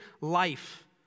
life